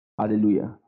Hallelujah